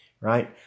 Right